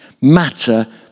Matter